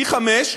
פי-חמישה,